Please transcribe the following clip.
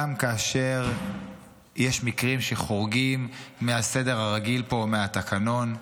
כאשר יש מקרים שחורגים מהסדר הרגיל פה ומהתקנון.